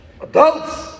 adults